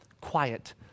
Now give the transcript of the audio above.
quiet